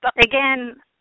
Again